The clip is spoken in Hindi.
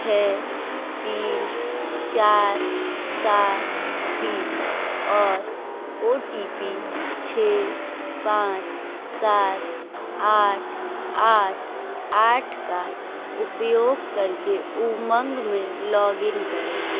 छः तीन चार सात तीन और ओ टी पी छः पाँच सात आठ आठ आठ का उपयोग करके उमंग में लॉगिन करें